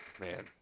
Man